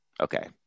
okay